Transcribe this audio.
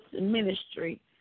ministry